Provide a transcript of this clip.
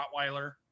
rottweiler